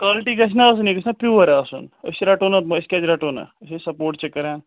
quality گژھِ نَہ آسٕنۍ یہِ گژھِ نَہ پیُور آسُن أسۍ رَٹو نَتہٕ أسۍ کیٛازِ رَٹو نہٕ أسے سپوٹ چھِ کران